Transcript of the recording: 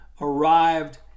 arrived